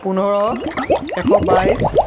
পোন্ধৰ এশ বাইছ